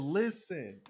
listen